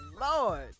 Lord